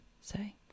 say